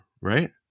Right